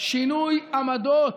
שתחזור על זה.